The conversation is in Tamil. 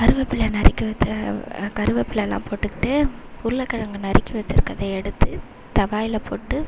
கருவேப்பில நறுக்கி வச்ச கருவேப்பிலலாம் போட்டுக்கிட்டு உருளக்கெழங்க நறுக்கி வச்சுருக்கறத எடுத்து தவாவில போட்டு